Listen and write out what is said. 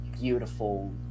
beautiful